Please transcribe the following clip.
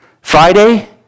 Friday